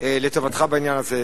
לטובתך בעניין הזה,